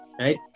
right